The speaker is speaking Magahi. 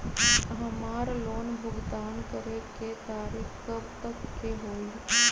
हमार लोन भुगतान करे के तारीख कब तक के हई?